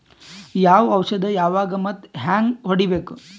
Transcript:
ಯಾವ ಔಷದ ಯಾವಾಗ ಮತ್ ಹ್ಯಾಂಗ್ ಹೊಡಿಬೇಕು?